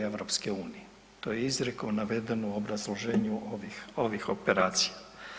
To je izrijekom navedeno u obrazloženju ovih operacija.